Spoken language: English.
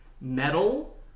metal